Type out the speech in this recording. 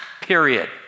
period